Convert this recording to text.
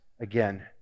again